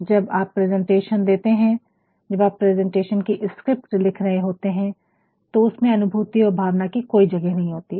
जब आप प्रेजेंटेशन देते हैं जब आप प्रेजेंटेशन की स्क्रिप्ट लिख रहे होते हैं तो उसमें अनुभूति और भावना की कोई जगह नहीं होती है